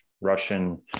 Russian